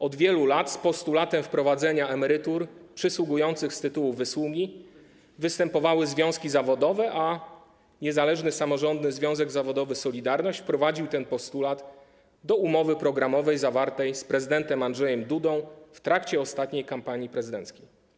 Od wielu lat z postulatem wprowadzenia emerytur przysługujących z tytułu wysługi występowały związki zawodowe, a Niezależny Samorządny Związek Zawodowy „Solidarność” wprowadził ten postulat do umowy programowej zawartej z prezydentem Andrzejem Dudą w trakcie ostatniej kampanii prezydenckiej.